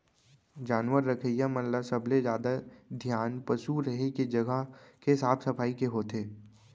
जानवर रखइया मन ल सबले जादा धियान पसु रहें के जघा के साफ सफई के होथे